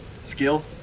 Skill